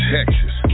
Texas